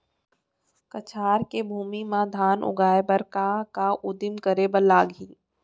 कछार के भूमि मा धान उगाए बर का का उदिम करे ला लागही?